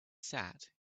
sat